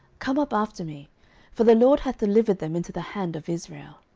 come up after me for the lord hath delivered them into the hand of israel.